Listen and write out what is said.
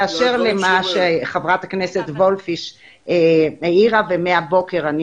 באשר למה שחברת הכנסת וונש העירה ומהבוקר אני